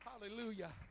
Hallelujah